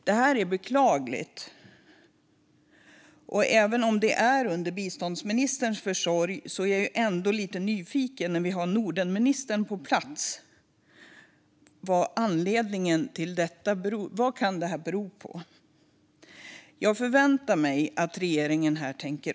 Det är beklagligt, och även om det är biståndsministerns ansvarsområde är jag nyfiken nu när vi har Nordenministern på plats. Vad är anledningen till detta? Vad kan det bero på? Jag förväntar mig att regeringen tänker om här.